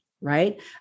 right